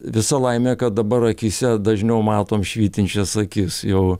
visa laimė kad dabar akyse dažniau matom švytinčias akis jau